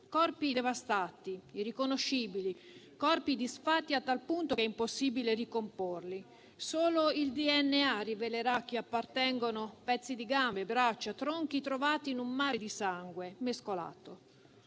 Corpi devastati, irriconoscibili e disfatti a tal punto che è impossibile ricomporli e solo il DNA rivelerà a chi appartengono pezzi di gambe, braccia e tronchi trovati in un mare di sangue, mescolato: